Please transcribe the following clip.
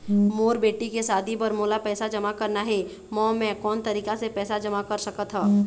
मोर बेटी के शादी बर मोला पैसा जमा करना हे, म मैं कोन तरीका से पैसा जमा कर सकत ह?